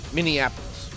Minneapolis